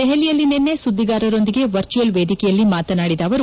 ದೆಹಲಿಯಲ್ಲಿ ನಿನ್ನೆ ಸುದ್ದಿಗಾರರೊಂದಿಗೆ ವರ್ಚುವಲ್ ವೇದಿಕೆಯಲ್ಲಿ ಮಾತನಾಡಿದ ಅವರು